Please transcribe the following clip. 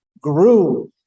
grew